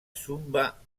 sumba